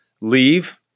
leave